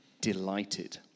delighted